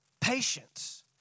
Patience